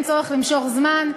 אין צורך למשוך זמן.